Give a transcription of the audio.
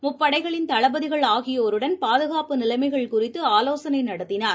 முப்படைகளின் தளபதிகள் ஆகியோருடன் பாதுகாப்பு நிலைமைகள் குறித்துஆலோசனைநடத்தினார்